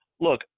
look